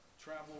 travel